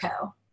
Co